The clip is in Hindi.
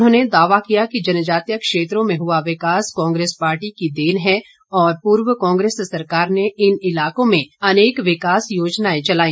उन्होंने दावा किया कि जनजातीय क्षेत्रों में हुआ विकास कांग्रेस पार्टी की देन है और पूर्व कांग्रेस सरकार ने इन इलाकों में अनेक विकास योजनाएं चलाई